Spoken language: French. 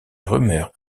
rumeurs